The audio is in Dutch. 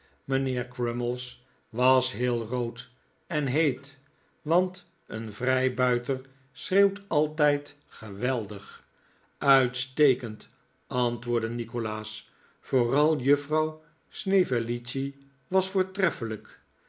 mijnheer crummies was heel rood en heet want een vrijbuiter schreeuwt altijd geweldig uitstekend antwoordde nikolaas vooral juffrouw snevellicci was voortreffelijk